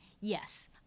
Yes